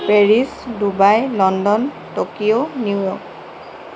Paris Dubai London Tokyo New York